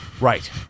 right